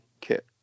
kit